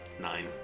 Nine